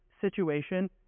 situation